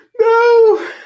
No